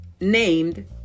named